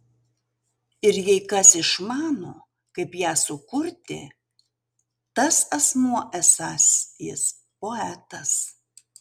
ir jei kas išmano kaip ją sukurti tas asmuo esąs jis poetas